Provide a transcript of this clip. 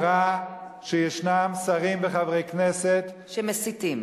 והיא אמרה שישנם שרים וחברי כנסת, שמסיתים.